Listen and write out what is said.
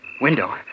Window